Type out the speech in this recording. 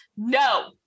no